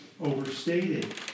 overstated